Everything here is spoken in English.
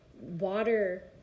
water